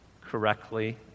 correctly